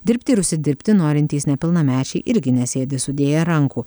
dirbti ir užsidirbti norintys nepilnamečiai irgi nesėdi sudėję rankų